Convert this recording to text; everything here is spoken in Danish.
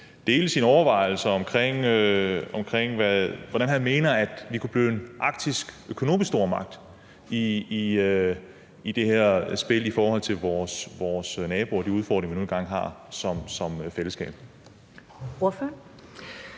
dele sine overvejelser om, hvordan han mener vi kan blive en arktisk økonomisk stormagt i det her spil i forhold til vores naboer og de udfordringer, vi nu engang har som fællesskab.